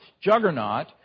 juggernaut